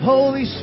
Holy